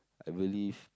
I believe